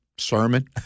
sermon